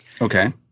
Okay